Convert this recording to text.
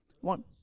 one